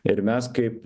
ir mes kaip